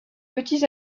petits